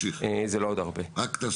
זה לא עוד הרבה זמן.